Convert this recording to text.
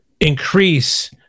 increase